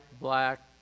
black